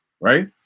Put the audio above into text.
right